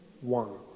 one